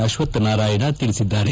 ಅಶ್ವಥ್ ನಾರಾಯಣ ತಿಳಿಸಿದ್ದಾರೆ